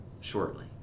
shortly